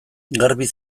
garbi